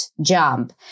jump